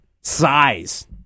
size